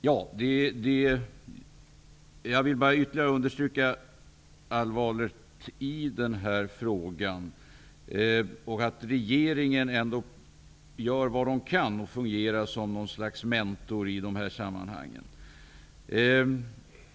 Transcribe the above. Herr talman! Jag vill bara understryka att denna fråga är allvarlig och att det är viktigt att regeringen gör vad den kan och fungerar som något slags mentor i dessa sammanhang.